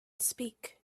speak